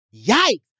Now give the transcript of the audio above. Yikes